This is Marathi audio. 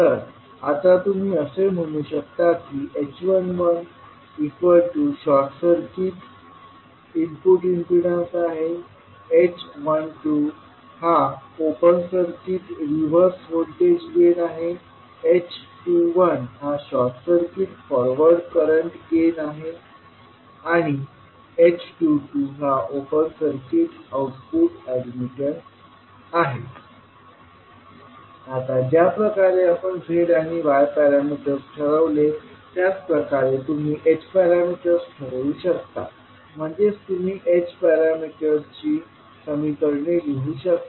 तर आता तुम्ही असे म्हणू शकता की h11 short circuit input impedance h12 open circuit reverse voltage gain h21 short circuit forward current gain h22 open circuit output admittance आता ज्या प्रकारे आपण z किंवा y पॅरामीटर्स ठरवले त्याच प्रकारे तुम्ही h पॅरामीटर्स ठरवू शकता म्हणजेच तुम्ही h पॅरामीटरची समीकरणे लिहू शकता